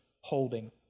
holding